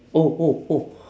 oh oh oh